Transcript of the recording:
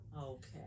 Okay